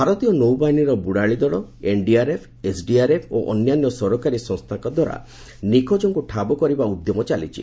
ଭାରତୀୟ ନୌବାହିନୀର ବୁଡ଼ାଳୀ ଦଳ ଏନ୍ଡିଆରଏଫ୍ ଏସ୍ଡିଆର୍ଏଫ୍ ଓ ଅନ୍ୟାନ୍ୟ ସରକାରୀ ସଂସ୍ଥାଙ୍କ ଦ୍ୱାରା ନିଖୋଜଙ୍କୁ ଠାବ କରିବା ଉଦ୍ୟମ ଚାଲିଛି